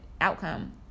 outcome